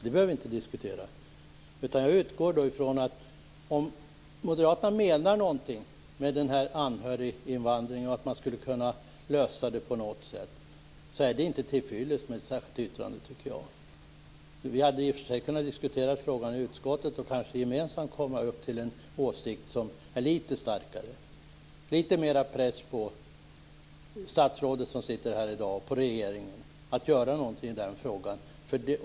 Det behöver vi alltså inte diskutera. Om Moderaterna menar något med anhöriginvandringen och att man skulle kunna lösa denna fråga på något sätt, tycker inte jag att det är till fyllest med ett särskilt yttrande. Vi hade i och för sig kunnat diskutera frågan i utskottet och kanske kunnat komma fram till en gemensam åsikt som är litet starkare och som innebär att man sätter litet mer press på statsrådet som är här i dag och regeringen att göra något i denna fråga.